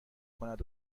کند